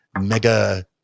mega